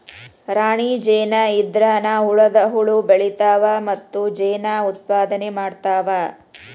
ರಾಣಿ ಜೇನ ಇದ್ರನ ಉಳದ ಹುಳು ಬೆಳಿತಾವ ಮತ್ತ ಜೇನ ಉತ್ಪಾದನೆ ಮಾಡ್ತಾವ